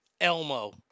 Elmo